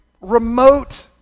remote